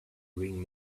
ring